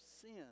sin